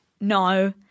No